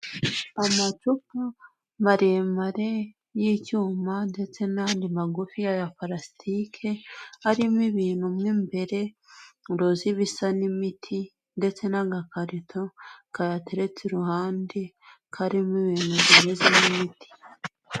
Amacupa maremare y'icyuma ndetse n'andi magufi yaya palasitike arimo ibintu mo imbere bisa n'imiti ndetse n'agakarito kayateretse iruhande karimo ibintu bimeze nk'imiti.